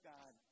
God